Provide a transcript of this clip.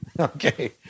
Okay